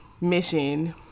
mission